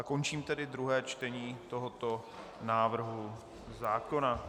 Končím tedy druhé čtení tohoto návrhu zákona.